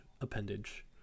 appendage